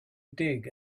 dig